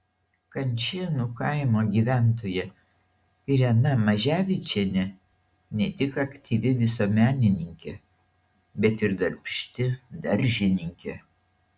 kančėnų kaimo gyventoja irena maževičienė ne tik aktyvi visuomenininkė bet ir darbšti daržininkė